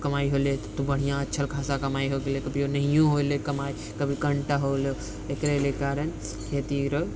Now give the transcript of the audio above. कमाइ होले तऽ बढ़ियाँ अच्छा खासा कमाइ हो गेलै कभियौ नैयौ होले कमाइ कभी कनिटा होले एकरेरे कारण खेतीरे